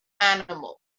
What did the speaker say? animal